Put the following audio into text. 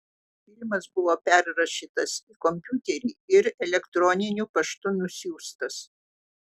filmas buvo perrašytas į kompiuterį ir elektroniniu paštu nusiųstas